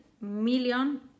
million